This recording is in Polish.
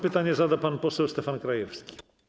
Pytanie zada pan poseł Stefan Krajewski.